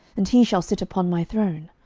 and he shall sit upon my throne?